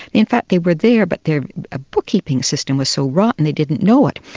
in fact they were there, but their ah book-keeping system was so rotten they didn't know it.